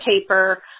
paper